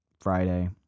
Friday